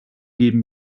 geben